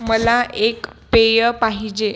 मला एक पेय पाहिजे